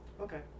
Okay